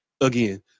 again